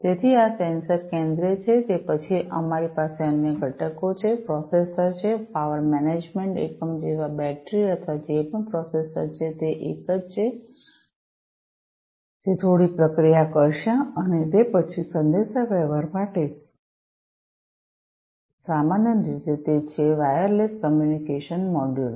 તેથી આ સેન્સર કેન્દ્રિય છે તે પછી અમારી પાસે અન્ય ઘટકો છે પ્રોસેસર છે પાવર મેનેજમેન્ટ એકમ જેવા બેટરી અથવા જે પણ પ્રોસેસર છે તે એક છે જે થોડી પ્રક્રિયા કરશે અને તે પછી સંદેશાવ્યવહાર માટે સામાન્ય રીતે તે છે વાયરલેસ કમ્યુનિકેશન મોડ્યુલ